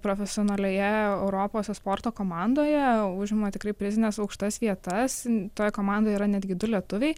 profesionalioje europos esporto komandoje užima tikrai prizines aukštas vietas toje komandoje yra netgi du lietuviai